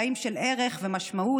חיים של ערך ומשמעות,